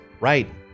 Right